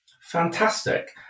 Fantastic